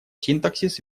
синтаксис